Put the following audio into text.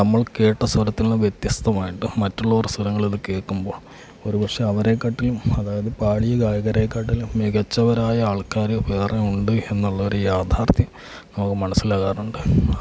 നമ്മൾ കേട്ട സ്വരത്തിൽ നിന്ന് വ്യത്യസ്തമായിട്ട് മറ്റുള്ളവർ സ്വരങ്ങളിൽ അത് കേൾക്കുമ്പോൾ ഒരുപക്ഷേ അവരെകാട്ടിലും അതായത് പാടിയ ഗായകരെകാട്ടിലും മികച്ചവരായ ആൾക്കാര് വേറെ ഉണ്ട് എന്നുള്ള ഒരു യാഥാർത്ഥ്യം നമുക്ക് മനസ്സിലാകാറുണ്ട്